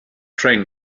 train